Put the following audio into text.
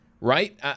right